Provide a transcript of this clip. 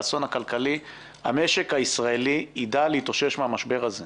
והאסון הכלכלי המשק הישראלי יידע להתאושש מהמשבר הזה.